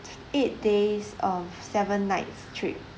eight days of seven nights trip